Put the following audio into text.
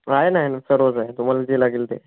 आहे ना आहे ना सर्वच आहे तुम्हाला जे लागेल ते